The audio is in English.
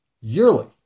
Yearly